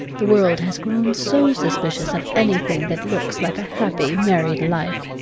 the world has grown so suspicious of anything that looks like a happy married life.